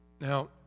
Now